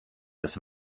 das